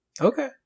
Okay